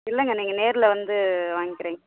இல்லைங்க நீங்கள் நேரில் வந்து வாங்கிக்கிறீங்க